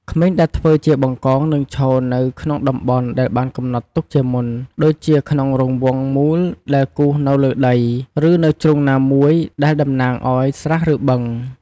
ក្មេងដែលធ្វើជា បង្កង នឹងឈរនៅក្នុងតំបន់ដែលបានកំណត់ទុកជាមុន ដូចជាក្នុងរង្វង់មូលដែលគូសនៅលើដី ឬនៅជ្រុងណាមួយដែលតំណាងឱ្យ ស្រះ ឬ បឹង។